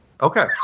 Okay